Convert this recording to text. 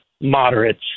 moderates